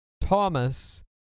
Thomas